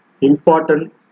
important